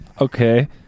Okay